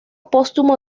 póstumo